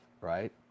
right